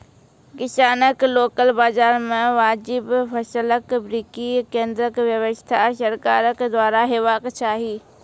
किसानक लोकल बाजार मे वाजिब फसलक बिक्री केन्द्रक व्यवस्था सरकारक द्वारा हेवाक चाही?